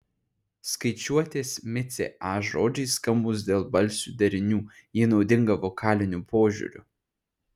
skaičiuotės micė a žodžiai skambūs dėl balsių derinių ji naudinga vokaliniu požiūriu